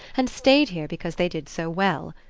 and stayed here because they did so well.